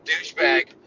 douchebag